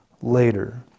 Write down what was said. later